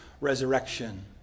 resurrection